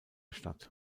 statt